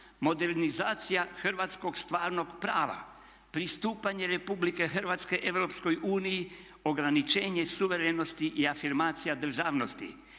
"Modernizacija hrvatskog stvarnog prava", "Pristupanje Republike Hrvatske Europskoj uniji, ograničenje suverenosti i afirmacija državnosti",